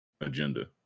agenda